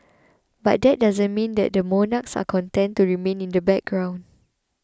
but that doesn't mean that the monarchs are content to remain in the background